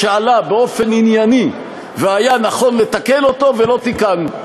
שעלה באופן ענייני והיה נכון לתקן אותו ולא תיקנו.